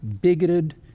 bigoted